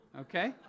okay